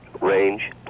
range